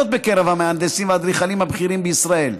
בקרב המהנדסים והאדריכלים הבכירים בישראל.